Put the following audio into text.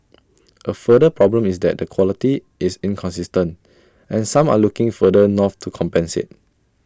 A further problem is that the quality is inconsistent and some are looking further north to compensate